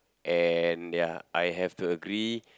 and ya I have to agree